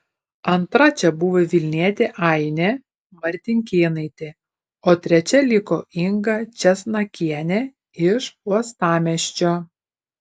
antra čia buvo vilnietė ainė martinkėnaitė o trečia liko inga česnakienė iš uostamiesčio